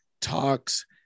talks